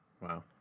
Wow